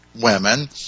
women